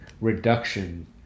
reduction